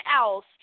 else